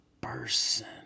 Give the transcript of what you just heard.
person